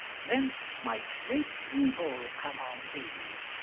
thence might great evil come on thee.